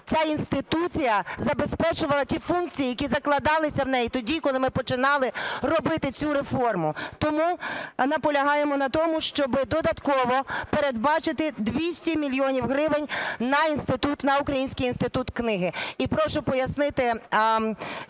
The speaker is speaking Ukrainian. ця інституція забезпечувала ті функції, які закладалися в неї тоді, коли ми починали робити цю реформу. Тому наполягаємо на тому, щоб додатково передбачити 200 мільйонів гривень на Український інститут книги.